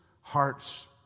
hearts